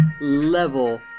level